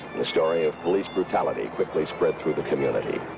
the story of police brutality quickly spread through the community.